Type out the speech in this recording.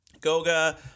Goga